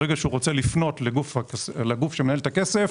ברגע שהוא רוצה לפנות לגוף שמנהל את הכסף,